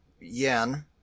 Yen